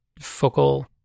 focal